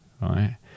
right